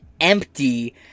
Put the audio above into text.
empty